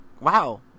wow